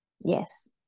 Yes